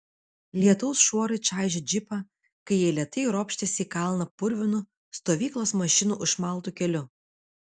lietaus šuorai čaižė džipą kai jie lėtai ropštėsi į kalną purvinu stovyklos mašinų išmaltu keliu